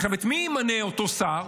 עכשיו, את מי ימנה אותו שר?